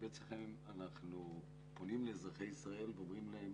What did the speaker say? אנחנו פונים לאזרחי ישראל ואומרים להם